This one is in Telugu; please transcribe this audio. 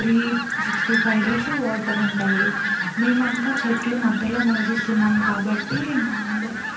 three sixty five days water ఉంటాయి మేమంతా చెట్లు మధ్యలో నివసిస్తున్నాం కాబట్టి మా అందరికీ